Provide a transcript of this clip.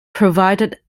provided